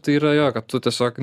tai yra jo kad tu tiesiog